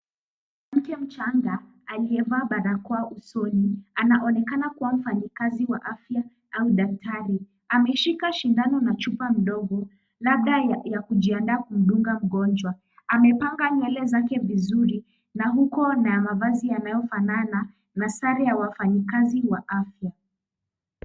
Mwanamke mchanga aliyevalia barakoa usoni anaonekana kuwa mfanyikazi wa afya au daktari. Ameshika sindano na chupa mdogo labda ya kujianda kumdunga mgonjwa. Amepanga nywele zake vizuri na huko na mavazi yanayofanana na sare ya wafanyikazi wa afya.